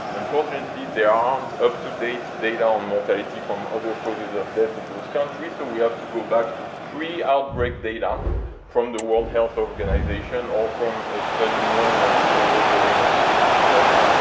unfortunately, there aren't up to date data on mortality from other causes of death in those countries, so we have to go back to pre-outbreak data from the world health organization, or from a study known as the global burden of disease study,